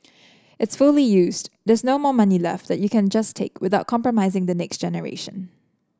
it's fully used there's no more money left there that you can just take without compromising the next generation